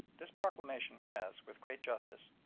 this proclamation has, with great justice,